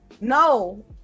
No